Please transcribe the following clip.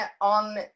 on